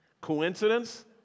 Coincidence